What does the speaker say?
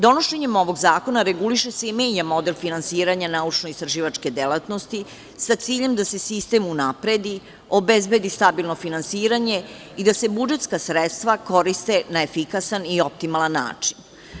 Donošenjem ovog zakona reguliše se i menja model finansiranja naučno-istraživačke delatnosti sa ciljem da se sistem unapredi, obezbedi stabilno finansiranje i da se budžetska sredstva koriste na efikasan i optimalan način.